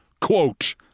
Quote